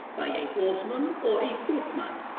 by a horseman or a footman?